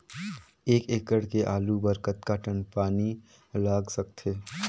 एक एकड़ के आलू बर कतका टन पानी लाग सकथे?